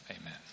amen